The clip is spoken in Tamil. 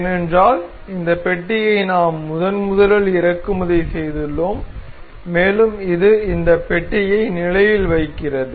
ஏனென்றால் இந்தத் பெட்டியை நாம் முதன்முதலில் இறக்குமதி செய்துள்ளோம் மேலும் இது இந்தத் பெட்டியை நிலையில் வைக்கிறது